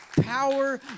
Power